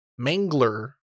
Mangler